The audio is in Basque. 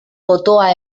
botoa